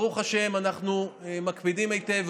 ברוך השם אנחנו מקפידים היטב,